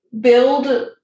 build